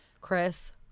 Chris